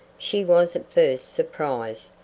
she was at first surprised,